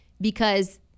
because-